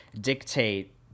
dictate